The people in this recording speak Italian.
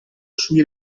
sui